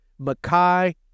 Makai